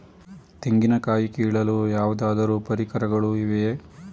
ತೆಂಗಿನ ಕಾಯಿ ಕೀಳಲು ಯಾವುದಾದರು ಪರಿಕರಗಳು ಇವೆಯೇ?